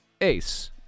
Ace